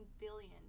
billion